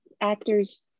actors